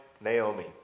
Naomi